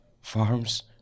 farms